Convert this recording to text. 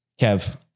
Kev